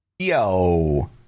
yo